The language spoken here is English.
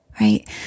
right